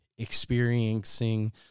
experiencing